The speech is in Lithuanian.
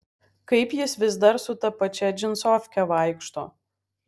kaip jis vis dar su ta pačia džinsofke vaikšto